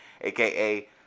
aka